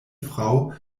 frau